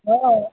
हो